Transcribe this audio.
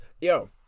Yo